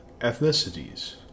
ethnicities